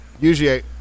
usually